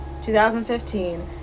2015